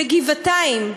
בגבעתיים.